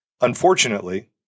Unfortunately